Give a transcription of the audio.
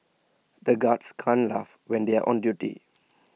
the guards can't laugh when they are on duty